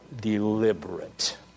deliberate